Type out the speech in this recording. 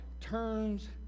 turns